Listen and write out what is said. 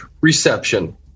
reception